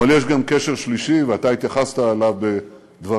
אבל יש גם קשר שלישי, ואתה התייחסת אליו בדבריך,